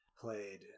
played